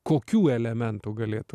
kokių elementų galėtų